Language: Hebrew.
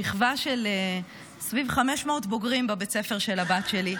שכבה של סביב 500 בוגרים בבית הספר של הבת שלי,